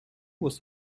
was